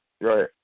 Right